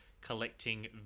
collecting